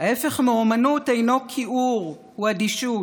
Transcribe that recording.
"ההפך מאומנות אינו כיעור, הוא אדישות.